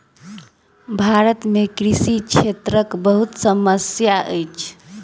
भारत में कृषि क्षेत्रक बहुत समस्या अछि